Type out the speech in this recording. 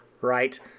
right